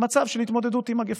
למצב של התמודדות עם מגפה,